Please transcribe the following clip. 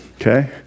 Okay